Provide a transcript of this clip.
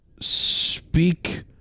speak